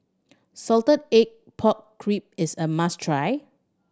salted egg pork crib is a must try